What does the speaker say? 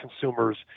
consumers